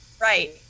right